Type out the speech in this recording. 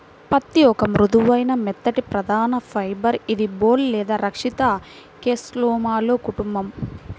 పత్తిఒక మృదువైన, మెత్తటిప్రధానఫైబర్ఇదిబోల్ లేదా రక్షిత కేస్లోమాలో కుటుంబం